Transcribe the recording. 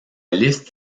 liste